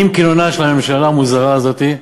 עם כינונה של הממשלה המוזרה הזאת,